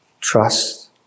Trust